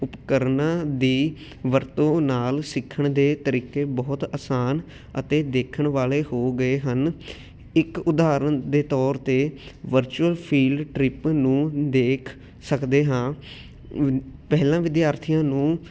ਉਪਕਰਨਾਂ ਦੀ ਵਰਤੋਂ ਨਾਲ ਸਿੱਖਣ ਦੇ ਤਰੀਕੇ ਬਹੁਤ ਆਸਾਨ ਅਤੇ ਦੇਖਣ ਵਾਲੇ ਹੋ ਗਏ ਹਨ ਇੱਕ ਉਦਾਹਰਨ ਦੇ ਤੌਰ 'ਤੇ ਵਰਚੁਅਲ ਫੀਲਡ ਟ੍ਰਿਪ ਨੂੰ ਦੇਖ ਸਕਦੇ ਹਾਂ ਪਹਿਲਾਂ ਵਿਦਿਆਰਥੀਆਂ ਨੂੰ